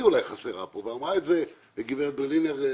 אולי חסרה כאן ואמרה את זה גברת ברלינר.